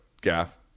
Gaff